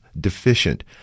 deficient